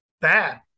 bad